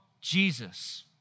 Jesus